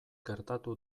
gertatu